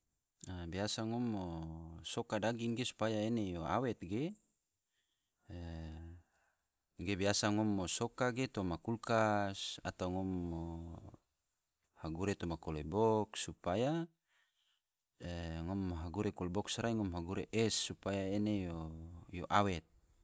Biasa ngom mo soka daging supaya mo awet ge, ge biasa ngom mo soka ge toma kulkas, atau ngom mo hagure toma koobox, supaya ngom hagure kalabox rai ngom hagure es supaya ene yo awet